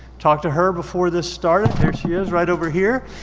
talked to her before this started. there she is right over here,